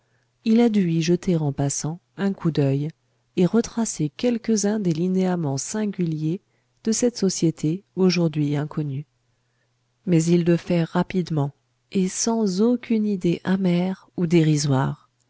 il a dû y jeter en passant un coup d'oeil et retracer quelques-uns des linéaments singuliers de cette société aujourd'hui inconnue mais il le fait rapidement et sans aucune idée amère ou dérisoire